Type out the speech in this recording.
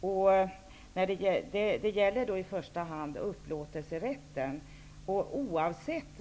I första hand gäller det upplåtelserätten.